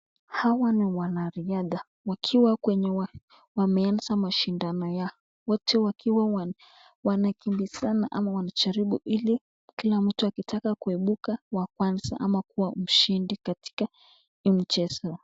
Hawa ni wanariadha wakiwa wameanza mashindano yao, wote wakiwa wanakimbizana ama wanajaribu ili kila mtu akitaka kuibuka wa kwanza ama kuwa mshindi katika hii mchezo.